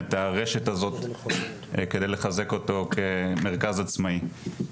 את הרשת הזאת כדי לחזק אותו כמרכז עצמאי.